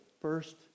first